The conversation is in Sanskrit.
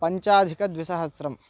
पञ्चाधिकद्विसहस्रम्